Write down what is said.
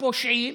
הפושעים,